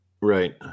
Right